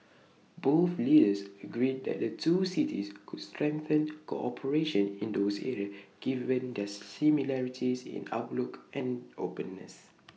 both leaders agreed that the two cities could strengthen cooperation in those areas given their similarities in outlook and openness